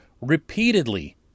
repeatedly